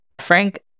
Frank